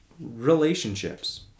relationships